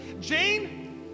Jane